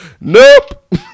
Nope